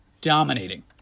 dominating